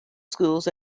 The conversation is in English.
schools